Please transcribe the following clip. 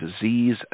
disease